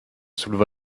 souleva